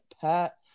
Pat